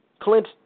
Clint